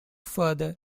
further